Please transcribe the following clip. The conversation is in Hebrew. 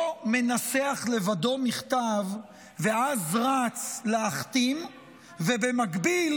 לא מנסח לבדו מכתב ואז רץ להחתים ובמקביל